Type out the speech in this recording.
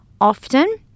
often